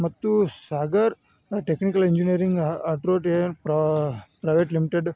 ಮತ್ತು Sagar technical engineering ಅತ್ರೋಟಿ private limited